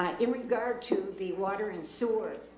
ah in regard to the water and sewer.